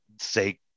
say